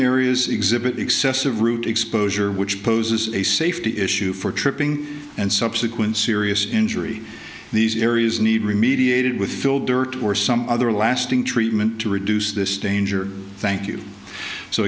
areas exhibit excessive route exposure which poses a safety issue for tripping and subsequent serious injury these areas need remediated with fill dirt or some other lasting treatment to reduce this danger thank you so